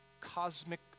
cosmic